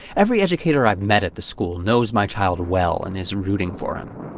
every educator i've met at the school knows my child well and is rooting for him.